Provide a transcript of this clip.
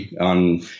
on